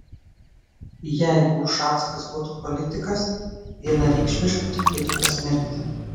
jeigu ušackas būtų politikas vienareikšmiškai reikėtų pasmerkti